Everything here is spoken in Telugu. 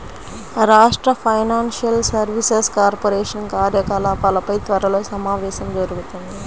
రాష్ట్ర ఫైనాన్షియల్ సర్వీసెస్ కార్పొరేషన్ కార్యకలాపాలపై త్వరలో సమావేశం జరుగుతుంది